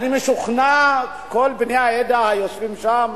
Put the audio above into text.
אני משוכנע, כל בני העדה היושבים שם,